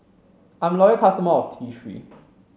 I'm a loyal customer of T three